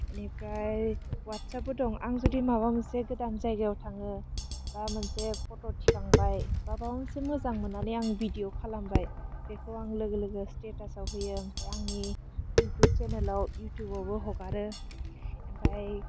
एनिफ्राय वात्सआफबो दं आं जुदि माबा मोनसे गोदान जायगायाव थाङो बा मोनसे फट' थिखांबाय बा माबा मोनसे मोजां मोन्नानै आं भिडिअ खालामबाय बेखौ आं लोगो लोगो स्टेटासाव होयो आमफ्राय आंनि इउटुब सेनेलाव इउटुबावबो हगारो आमफाय